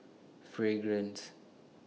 Fragrance